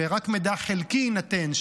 שרק מידע חלקי יינתן,